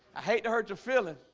i hate to hurt your feelings,